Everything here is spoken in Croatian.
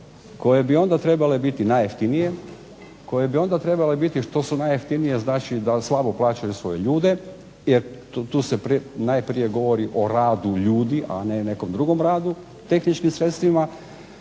koje bi onda trebale biti najjeftinije, koje bi onda trebale biti što su najjeftinije znači da slabo plaćaju svoje ljude, jer tu se najprije govori o radu ljudi, a ne nekom drugom radu tehničkim sredstvima,